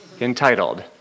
entitled